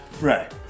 Right